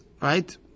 right